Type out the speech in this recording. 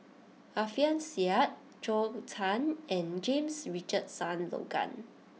Alfian Sa'at Zhou Can and James Richardson Logan